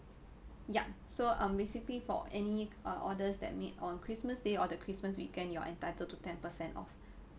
ya so um basically for any uh orders that made on christmas day or the christmas weekend you're entitled to ten percent off